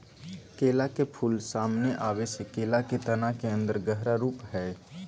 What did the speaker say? केला के फूल, सामने आबे से केला के तना के अन्दर गहरा रूप हइ